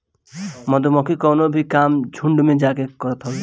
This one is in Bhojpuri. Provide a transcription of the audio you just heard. मधुमक्खी कवनो भी काम झुण्ड में जाके करत हवे